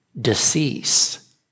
decease